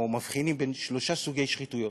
או מבחינים בין שלושה סוגי שחיתויות.